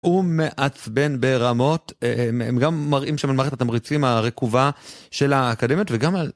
הוא מעצבן ברמות. הם גם מראים שם על מערכת התמריצים הרקובה של האקדמיות וגם על...